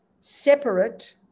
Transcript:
separate